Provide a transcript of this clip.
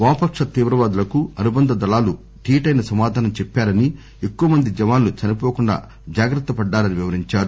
వామపక్ష తీవ్రవాదులకు అనుబంధ దళాలు దీటైన సమాధానం చెప్పారని ఎక్కువమంది జవాన్లు చనిహోకుండా జాగ్రత్తపడ్డారని వివరించారు